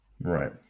Right